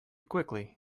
quickly